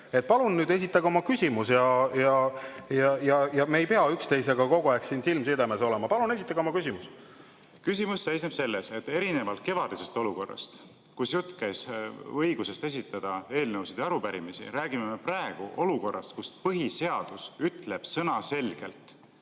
Palun nüüd esitage oma küsimus ja me ei pea üksteisega kogu aeg silmsidemes olema. Palun esitage oma küsimus! Küsimus seisneb selles, et erinevalt kevadisest olukorrast, kus jutt käis õigusest esitada eelnõusid ja arupärimisi, räägime me praegu olukorrast, kus põhiseadus ütleb sõnaselgelt: